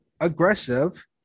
aggressive